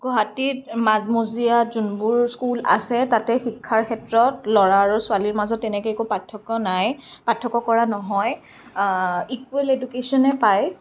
গুৱাহাটীত মাজমজিয়াত যোনবোৰ স্কুল আছে তাতে শিক্ষাৰ ক্ষেত্ৰত ল'ৰা আৰু ছোৱালীৰ মাজত তেনেকে একো পাৰ্থক্য় নাই পাৰ্থক্য় কৰা নহয় ইকুৱেল এডুকেচনেই পায়